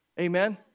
Amen